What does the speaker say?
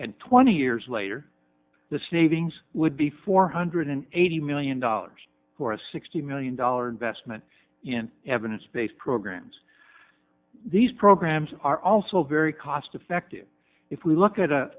and twenty years later the savings would be four hundred eighty million dollars for a sixty million dollars investment in evidence based programs these programs are also very cost effective if we look at